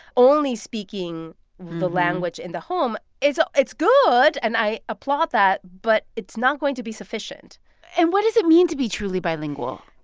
only speaking the language in the home, it's ah it's good, and i applaud that, but it's not going to be sufficient and what does it mean to be truly bilingual?